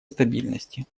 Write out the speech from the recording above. стабильности